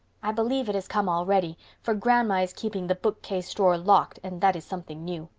i believe it has come already, for grandma is keeping the bookcase drawer locked and that is something new.